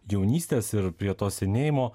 jaunystės ir prie to senėjimo